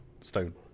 Stone